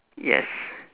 yes